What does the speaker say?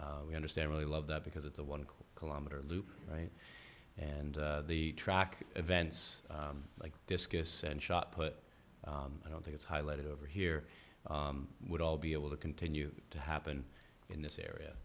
we understand really love that because it's a one kilometer loop right and the track events like discus and shot put i don't think it's highlighted over here would all be able to continue to happen in this area